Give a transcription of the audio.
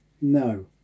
No